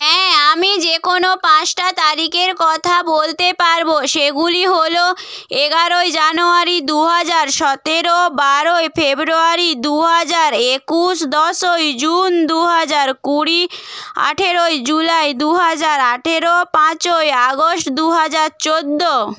হ্যাঁ আমি যে কোনো পাঁচটা তারিখের কথা বলতে পারব সেগুলি হলো এগারোই জানুয়ারি দুহাজার সতেরো বারোই ফেব্রুয়ারি দুহাজার একুশ দশই জুন দুহাজার কুড়ি আঠারোই জুলাই দুহাজার আঠারো পাঁচই আগস্ট দুহাজার চৌদ্দ